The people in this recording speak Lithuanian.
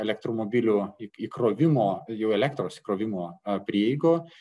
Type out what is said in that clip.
elektromobilių įkrovimo jų elektros įkrovimo prieigų